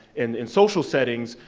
and in social settings,